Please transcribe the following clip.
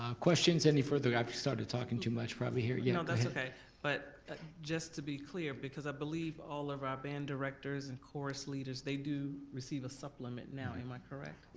ah questions, any further, i've started talkin' too much probably here you know that's okay but just to be clear, because i believe all of our band directors and chorus leaders, they do receive a supplement now, am i correct?